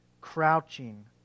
crouching